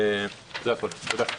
תודה.